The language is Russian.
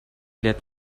лет